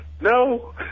No